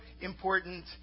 important